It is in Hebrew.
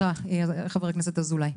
חבר הכנסת אזולאי.